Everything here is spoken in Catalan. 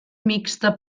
mixta